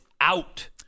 out